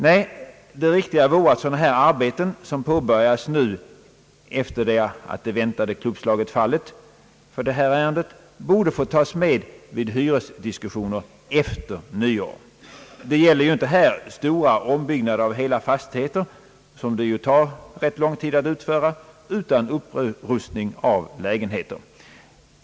Nej, det riktiga vore att sådana här arbeten som påbörjas nu efter det att det väntade klubbslaget fallit för detta ärende borde få tas med vid hyresdiskussioner efter nyår. Det gäller ju inte här stora ombyggnader av hela fastigheter, som ju tar rätt lång tid att utföra, utan upprustning av lägenheter.